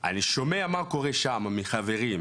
אני שומע מה קורה שם מחברים,